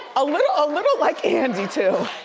ah little ah little like andy too.